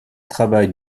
travail